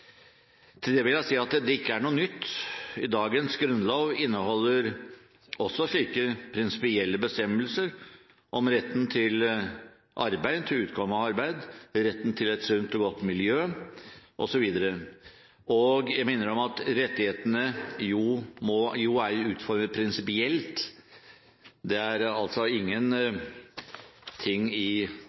Til det vil jeg si at dette ikke er noe nytt. Dagens grunnlov inneholder også slike prinsipielle bestemmelser om retten til arbeid, retten til utkomme av arbeid, retten til et sunt og godt miljø osv. Jeg minner om at rettighetene jo også må være utformet prinsipielt. Det er altså ingen ting i